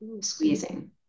squeezing